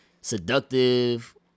seductive